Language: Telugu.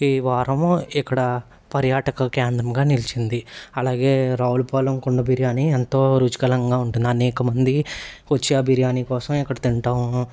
వారము ఇక్కడ పర్యాటక కేంద్రంగా నిలిచింది అలాగే రావులపాలెం కుండ బిర్యానీ ఎంతో రుచికలంగా ఉంటుంది అనేకమంది వచ్చి ఆ బిర్యానీ కోసం ఇక్కడ తింటాం